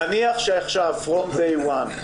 נניח שעכשיו מ-day one,